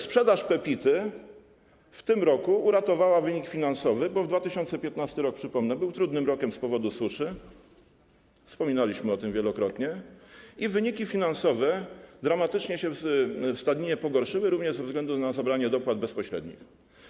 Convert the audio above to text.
Sprzedaż Pepity w tym roku uratowała wynik finansowy, bo 2015 r., przypomnę, był trudnym rokiem z powodu suszy, wspominaliśmy o tym wielokrotnie, i wyniki finansowe dramatycznie się w stadninie pogorszyły, również ze względu na zabranie dopłat bezpośrednich.